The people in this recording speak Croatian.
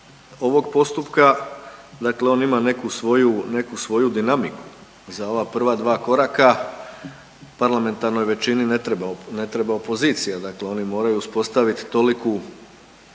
ovog postupka dakle on ima neku svoju dinamiku. Za ova prva dva koraka parlamentarnoj većini ne treba opozicija. Dakle oni moraju uspostaviti toliku,